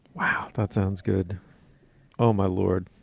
wow, that sounds good oh, my lord.